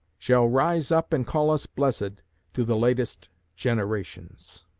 shall rise up and call us blessed to the latest generations.